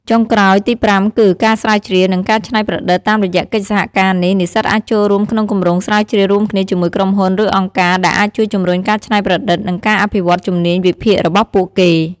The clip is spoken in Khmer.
ចុងក្រោយទីប្រាំគឺ ការស្រាវជ្រាវ និងការច្នៃប្រឌិត តាមរយៈកិច្ចសហការនេះ និស្សិតអាចចូលរួមក្នុងគម្រោងស្រាវជ្រាវរួមគ្នាជាមួយក្រុមហ៊ុន ឬអង្គការ ដែលអាចជួយជំរុញការច្នៃប្រឌិត និងការអភិវឌ្ឍជំនាញវិភាគរបស់ពួកគេ។